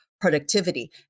Productivity